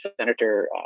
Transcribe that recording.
senator